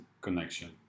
connection